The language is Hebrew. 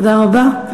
תודה רבה.